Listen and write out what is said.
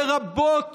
לרבות